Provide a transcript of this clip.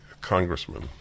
congressman